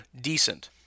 decent